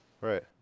right